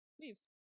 Leaves